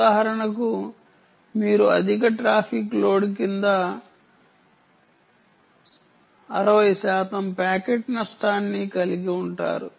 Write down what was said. ఉదాహరణకు మీరు అధిక ట్రాఫిక్ లోడ్ కింద 60 శాతం ప్యాకెట్ నష్టాన్ని కలిగి ఉంటారు